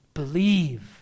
believe